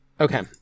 Okay